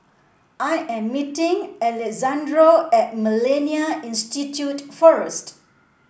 I am meeting Alexandro at MillenniA Institute first